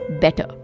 better